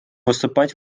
выступать